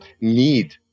need